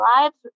lives